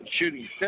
Shooting